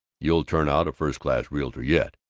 you'll turn out a first-class realtor yet.